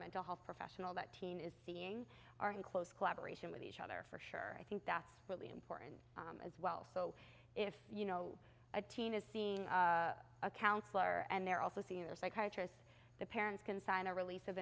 mental health professional that teen is seeing are in close collaboration with each other for sure i think that's really important as well so if you know a teen is seeing a counsellor and they're also senior psychiatrists the parents can sign a release of